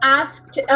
asked